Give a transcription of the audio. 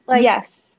Yes